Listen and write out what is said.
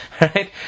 Right